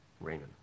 Raymond